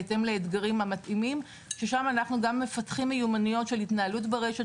בהתאם לאתגרים המתאימים ששם אנחנו גם מפתחים מיומנויות של התנהלות ברשת,